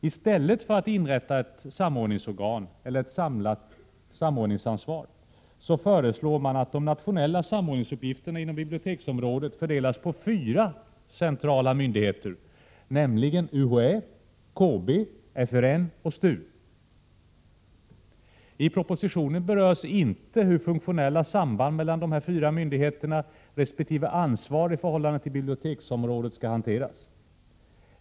I stället för att inrätta ett samordningsorgan eller ett samlat samordningsansvar föreslår man att de nationella samordningsuppgifterna inom biblioteksområdet fördelas på fyra centrala myndigheter, nämligen UHÄ, KB, FRN och STU. I propositionen berörs inte hur funktionella samband mellan dessa fyra myndigheters resp. ansvar i förhållande till biblioteksområdet skall hanteras.